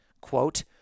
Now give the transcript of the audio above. quote